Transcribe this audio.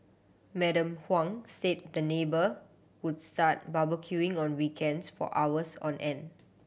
Madam Huang said the neighbour would start barbecuing on weekends for hours on end